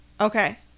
okay